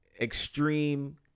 extreme